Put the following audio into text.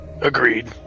Agreed